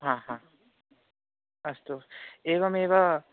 हा हा अस्तु एवमेव